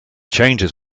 changes